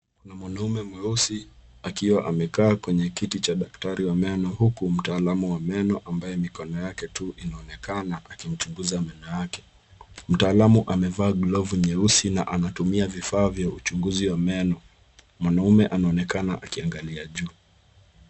Mwanaume mweusi akiwa amekaa kwenye kiti cha daktari wa meno, huku mtaalamu wa meno ambaye mikono yake tu inaonekana akimchunguza meno yake. Mtaalamu amevaa glovu nyeusi na anatumia vifaa vya uchunguzi wa meno. Mwanaume anaonekana akiangalia juu.